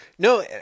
No